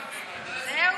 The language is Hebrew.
זהו?